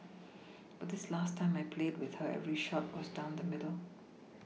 but this last time I played with her every shot was down the middle